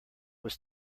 was